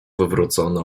wywrócone